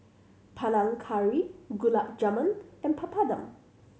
Panang Curry Gulab Jamun and Papadum